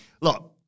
Look